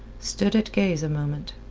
stood at gaze a moment.